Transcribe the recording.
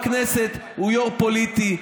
יו"ר הכנסת הוא יו"ר פוליטי,